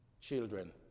children